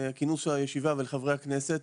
על כינוס הישיבה ולחברי הכנסת,